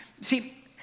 See